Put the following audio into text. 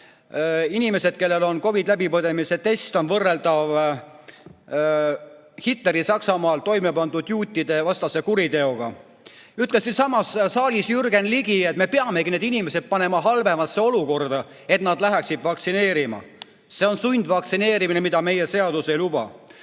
inimesel, kellel on COVID‑i läbipõdemise [tõend], on võrreldav Hitleri Saksamaal toimepandud juutidevastase kuriteoga. Siinsamas saalis ütles Jürgen Ligi, et me peamegi need inimesed panema halvemasse olukorda, et nad läheksid vaktsineerima. See on sundvaktsineerimine, mida meie seadus ei luba.